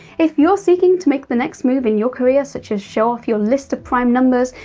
if you're seeking to make the next move in your career, such as show off your list of prime numbers,